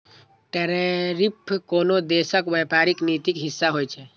tariff कोनो देशक व्यापारिक नीतिक हिस्सा होइ छै